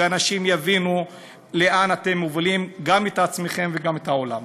ואנשים יבינו לאן אתם מובילים גם את עצמכם וגם את העולם.